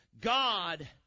God